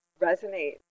resonate